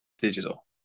Digital